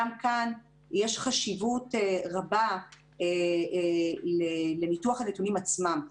גם כאן יש חשיבות רבה לניתוח הנתונים עצמם,